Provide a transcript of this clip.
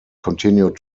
continued